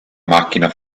macchina